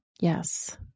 Yes